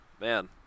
man